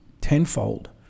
tenfold